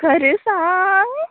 खरें सांग